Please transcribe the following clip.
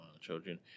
children